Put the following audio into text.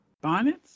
Bonnets